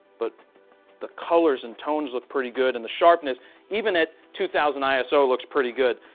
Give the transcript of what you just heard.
but the colors and tones look pretty good and the sharpness even at two thousand iso looks pretty good.